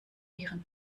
viren